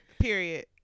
period